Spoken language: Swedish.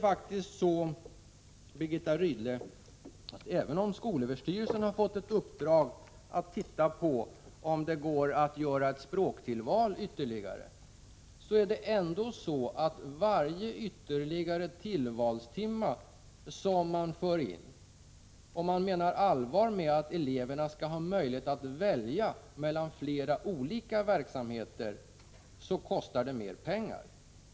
Visserligen har skolöverstyrelsen fått ett uppdrag att se om det går att införa ytterligare ett språktillval, men det är faktiskt så att varje ytterligare tillvalstimme man för in kostar pengar — om man menar allvar med att eleverna skall ha möjlighet att välja mellan flera olika verksamheter.